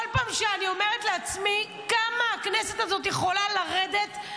כל פעם שאני אומרת לעצמי כמה הכנסת הזו יכולה לרדת,